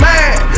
Man